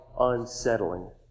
unsettling